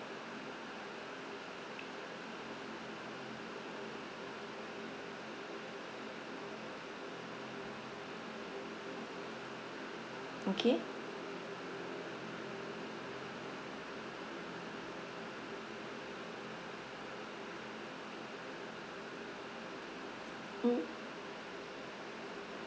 okay